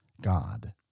God